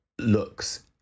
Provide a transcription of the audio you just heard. looks